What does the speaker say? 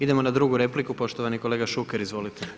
Idemo na drugu repliku, poštovani kolega Šuker, izvolite.